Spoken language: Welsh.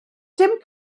dim